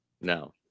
No